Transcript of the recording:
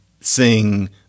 sing